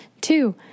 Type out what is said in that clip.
Two